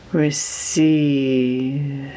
receive